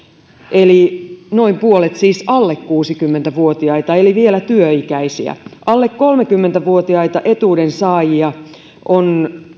eli noin puolet siis on alle kuusikymmentä vuotiaita eli vielä työ ikäisiä alle kolmekymmentä vuotiaita etuudensaajia on